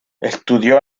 estudió